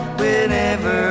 whenever